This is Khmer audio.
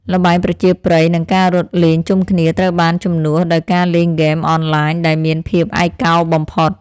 ល្បែងប្រជាប្រិយនិងការរត់លេងជុំគ្នា ត្រូវបានជំនួសដោយការលេងហ្គេមអនឡាញដែលមានភាពឯកោបំផុត។